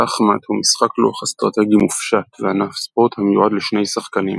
שחמט הוא משחק לוח אסטרטגי מופשט וענף ספורט המיועד לשני שחקנים.